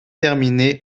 terminé